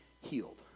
healed